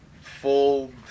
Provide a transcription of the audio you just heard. full